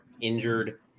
injured